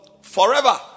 forever